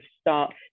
start